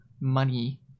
money